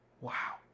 Wow